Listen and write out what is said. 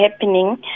happening